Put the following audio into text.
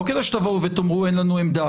לא כדי שתבואו ותאמרו שאין לכם עמדה.